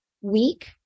weak